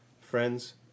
Friends